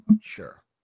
Sure